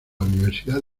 universidad